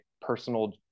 personal